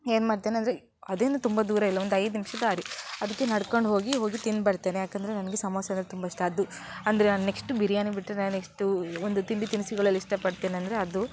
ಏನು ಮಾಡ್ತೇನೆ ಅಂದರೆ ಅದೇನು ತುಂಬ ದೂರ ಇಲ್ಲ ಒಂದು ಐದು ನಿಮಿಷ ದಾರಿ ಅದಕ್ಕೆ ನಡ್ಕೊಂಡು ಹೋಗಿ ಹೋಗಿ ತಿಂದುಬರ್ತೇನೆ ಯಾಕಂದರೆ ನನಗೆ ಸಮೋಸಾ ಅಂದರೆ ತುಂಬ ಇಷ್ಟ ಅದು ಅಂದರೆ ನಾನು ನೆಕ್ಸ್ಟ್ ಬಿರಿಯಾನಿ ಬಿಟ್ಟರೆ ನಾನು ನೆಕ್ಸ್ಟು ಒಂದು ತಿಂಡಿ ತಿನಿಸುಗಳಲ್ಲಿ ಇಷ್ಟಪಡ್ತೇನೆ ಅಂದರೆ ಅದು